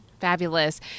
Fabulous